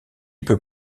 peut